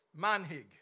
manhig